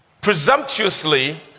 presumptuously